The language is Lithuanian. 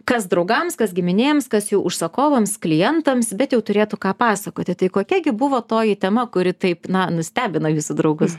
kas draugams kas giminėms kas jų užsakovams klientams bet jau turėtų ką pasakoti tai kokia gi buvo toji tema kuri taip na nustebina jūsų draugus